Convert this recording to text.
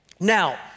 Now